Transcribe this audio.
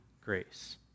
grace